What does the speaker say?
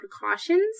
precautions